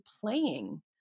playing